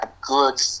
good